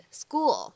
school